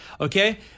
okay